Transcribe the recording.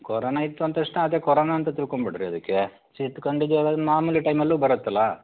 corona ಇತ್ತು ಅಂದ್ ತಕ್ಷಣ ಅದೇ ಕೊರೋನಾ ಅಂತ ತಿಳ್ಕೊಂಡ್ಬಿಡ್ರಿ ಅದಕ್ಕೆ ಶೀತ ಥಂಡಿ ಜ್ವರ ಮಾಮೂಲಿ ಟೈಮಲ್ಲೂ ಬರುತ್ತಲ್ಲ